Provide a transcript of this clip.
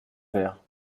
verre